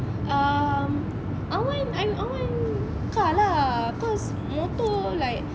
um I want I want car lah cause motor like